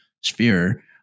sphere